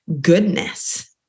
goodness